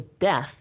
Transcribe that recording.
death